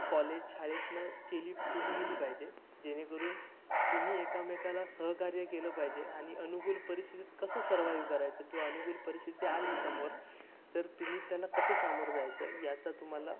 college शाळेतनं केली केली गेली पाहिजे जेणेकरून तुम्ही एकामेकाला सहकार्य केलं पाहिजे आणि अनुकूल परिस्थितीत कसं सर्वाईव्ह करायचं किंवा अनुकूल परिस्थिती आली समोर तर तुम्ही त्याला कसं सामोरं जायचं याचा तुम्हाला